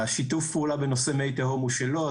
שיתוף הפעולה בנושא מי תהום הוא שלו,